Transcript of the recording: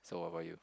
so what about you